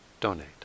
donate